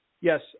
Yes